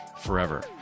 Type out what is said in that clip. forever